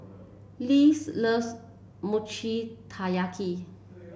Les loves Mochi Taiyaki